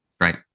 Right